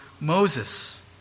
Moses